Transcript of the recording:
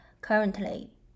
currently